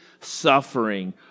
suffering